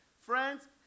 Friends